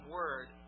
word